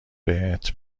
بهت